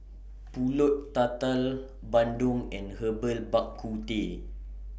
Pulut Tatal Bandung and Herbal Bak Ku Teh